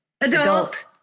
adult